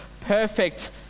perfect